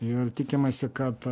ir tikimasi kad